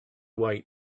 wait